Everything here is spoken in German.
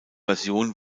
version